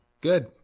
Good